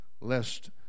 lest